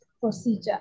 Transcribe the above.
procedure